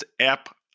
app